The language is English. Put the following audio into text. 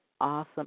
awesome